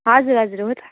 हजुर हजुर हो त